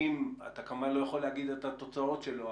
אתה כמובן לא יכול להגיד את התוצאות שלו,